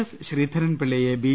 S ശ്രീധരൻപിള്ളയെ B